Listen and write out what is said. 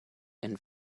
and